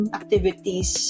activities